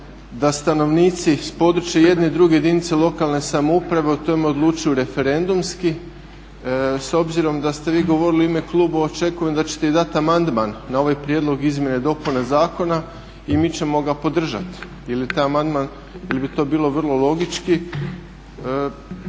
da stanovnici s područja jedne i druge jedinice lokalne samouprave o tome odlučuju referendumski. S obzirom da ste vi govorili u ime kluba očekujem da ćete i dati amandman na ovaj prijedlog izmjena i dopuna zakona i mi ćemo ga podržati jer je taj amandman,